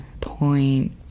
point